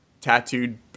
tattooed